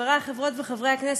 חברי חברות וחברי הכנסת,